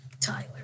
Tyler